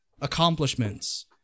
accomplishments